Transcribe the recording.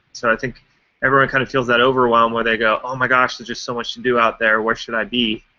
so, i think everyone kind of feels that overwhelm where they go, oh my gosh. there's just so much to do out there. where should i be